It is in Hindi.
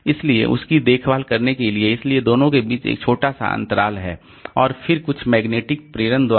इसलिए उसकी देखभाल करने के लिए इसलिए दोनों के बीच एक छोटा सा अंतराल है और फिर कुछ मैग्नेटिक प्रेरण द्वारा